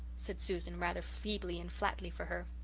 said susan, rather feebly and flatly for her.